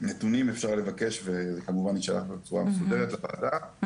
נתונים אפשר לבקש וכמובן זה יישלח בצורה מסודרת לוועדה,